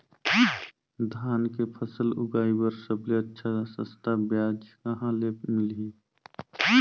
धान के फसल उगाई बार सबले अच्छा सस्ता ब्याज कहा ले मिलही?